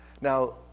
Now